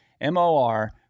M-O-R-